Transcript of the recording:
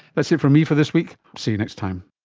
that's it from me for this week, see you next time